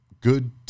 good